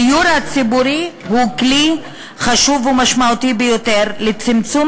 הדיור הציבורי הוא כלי חשוב ומשמעותי ביותר לצמצום